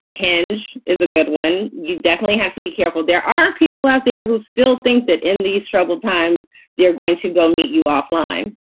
hinge is a good one. you definitely have to be careful. there are people out there who still think that in these troubled times they are going to go meet you off line.